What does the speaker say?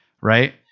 right